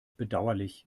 bedauerlich